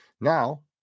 Now